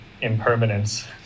impermanence